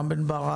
חה"כ רם בן ברק,